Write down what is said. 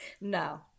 no